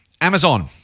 Amazon